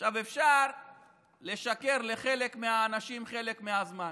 עכשיו, אפשר לשקר לחלק מהאנשים חלק מהזמן,